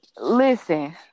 Listen